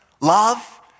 Love